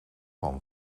van